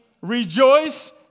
rejoice